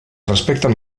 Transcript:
respecten